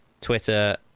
Twitter